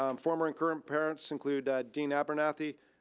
um former and current parents include dean abernathy,